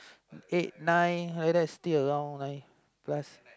eight nine whether is still around nine plus